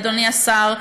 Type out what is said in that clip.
אדוני השר,